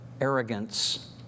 arrogance